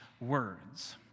words